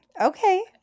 okay